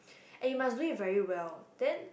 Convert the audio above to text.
and you must do it very well then